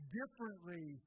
differently